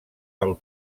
del